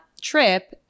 trip